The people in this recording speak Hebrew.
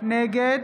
נגד